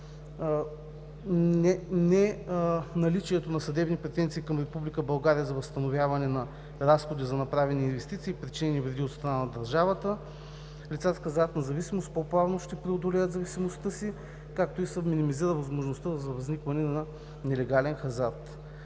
неналичието на съдебни претенции към Република България за възстановяване на разходи за направени инвестиции и причинени вреди от страна на държавата, лицата с хазартна зависимост по-плавно биха преодолели зависимостта си, като се и минимизира възможността за възникване на нелегален хазарт.